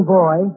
boy